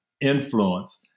influence